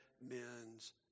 men's